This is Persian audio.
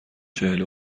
چهل